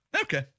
Okay